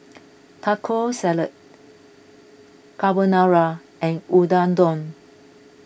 Taco Salad Carbonara and Unadon